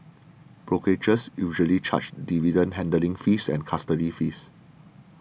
brokerages usually charge dividend handling fees and custody fees